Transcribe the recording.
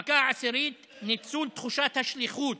המכה עשירית: ניצול תחושת השליחות